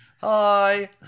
Hi